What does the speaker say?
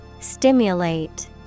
Stimulate